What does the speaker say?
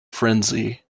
frenzy